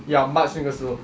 ya march 那个时候